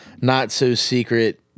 not-so-secret